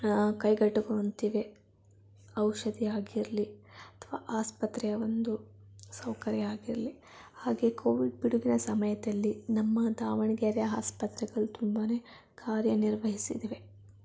ಕೈಗೆಟಕುವಂತಿವೆ ಔಷಧಿ ಆಗಿರಲಿ ಅಥವಾ ಆಸ್ಪತ್ರೆಯ ಒಂದು ಸೌಕರ್ಯ ಆಗಿರಲಿ ಹಾಗೆ ಕೋವಿಡ್ ಪಿಡುಗಿನ ಸಮಯದಲ್ಲಿ ನಮ್ಮ ದಾವಣಗೆರೆ ಆಸ್ಪತ್ರೆಗಳು ತುಂಬಾ ಕಾರ್ಯ ನಿರ್ವಹಿಸಿದವೆ